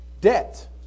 debt